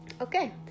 Okay